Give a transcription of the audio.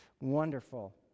wonderful